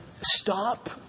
stop